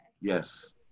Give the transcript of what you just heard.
Yes